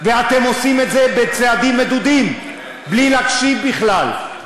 ואתם עושים את זה בצעדים מדודים, בלי להקשיב בכלל.